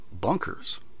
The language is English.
Bunkers